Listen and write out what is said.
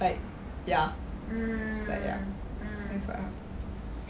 like ya like ya